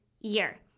year